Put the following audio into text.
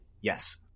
Yes